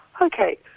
Okay